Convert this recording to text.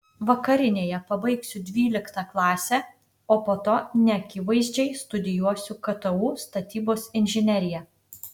vakarinėje pabaigsiu dvyliktą klasę o po to neakivaizdžiai studijuosiu ktu statybos inžineriją